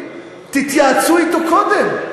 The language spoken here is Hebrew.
תתייעצו אתו קודם,